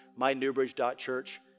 mynewbridge.church